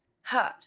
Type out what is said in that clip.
hurt